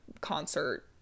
concert